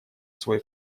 свой